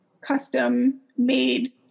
custom-made